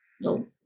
No